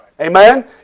Amen